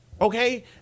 okay